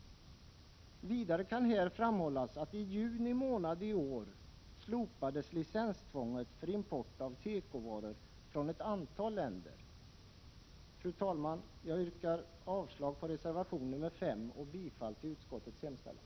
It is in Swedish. Vidare kan här framhållas att i juni månad i år slopades licenstvånget för import av tekovaror från ett antal länder. Fru talman! Jag yrkar avslag på reservation nr 5 och bifall till utskottets hemställan.